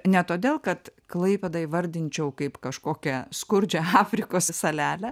ne todėl kad klaipėdą įvardinčiau kaip kažkokią skurdžią afrikos salelę